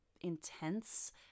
intense